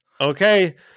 okay